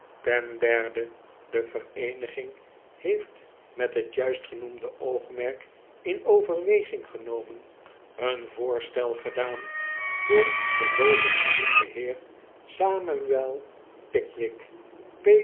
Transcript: ten derde de vereeniging heeft met het juist genoemde oogmerk in overweging genomen een voorstel gedaan door den bovengenoemden heer samuel pickwick